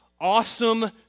awesome